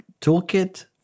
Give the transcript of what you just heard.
toolkit